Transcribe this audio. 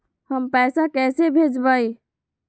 हम पैसा कईसे भेजबई?